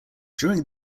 during